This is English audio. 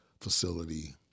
facility